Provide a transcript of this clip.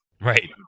Right